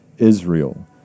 Israel